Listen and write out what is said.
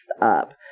up